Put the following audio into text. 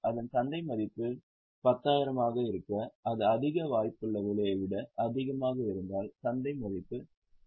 அதன் சந்தை மதிப்பு 10000 ஆக இருக்க அது அதிக வாய்ப்புள்ள விலையை விட அதிகமாக இருந்தால் சந்தை மதிப்பு 12000 ஆகும்